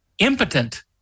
impotent